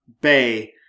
Bay